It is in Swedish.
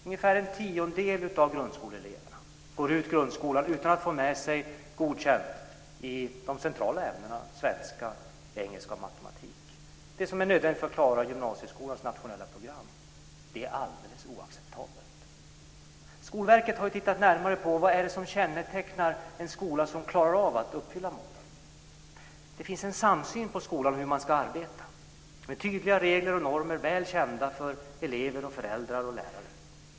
Ungefär en tiondel av grundskoleeleverna går ut grundskolan utan att få med sig godkänt betyg i de centrala ämnena svenska, engelska och matematik, det som är nödvändigt för att klara gymnasieskolans nationella program. Det är alldeles oacceptabelt. Skolverket har tittat närmare på vad det är som kännetecknar en skola som klarar av att uppfylla målen. Det finns en samsyn på skolan hur man ska arbeta. Det finns tydliga regler och normer som är väl kända för elever, föräldrar och lärare.